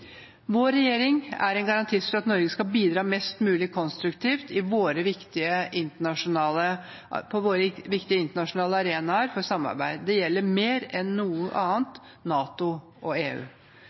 Vår regjering er en garantist for at Norge skal bidra mest mulig konstruktivt på våre viktige internasjonale arenaer for samarbeid. Det gjelder mer enn noe annet i NATO og i EU. Fra opposisjonen hører vi angrep på begge deler – på både NATO og EU.